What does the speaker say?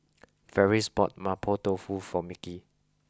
Ferris bought Mapo Tofu for Mickie